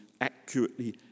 accurately